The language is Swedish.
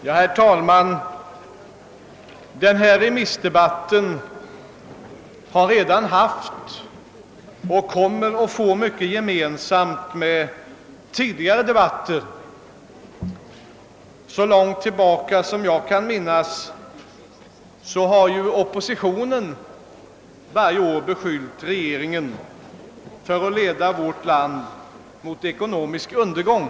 Herr talman! Denna remissdebatt har redan haft och kommer att få mycket gemensamt med tidigare debatter. Så långt tillbaka som jag kan minnas har oppositionen varje år beskyllt regeringen för att leda vårt land mot ekonomisk undergång.